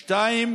ושנית,